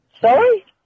Sorry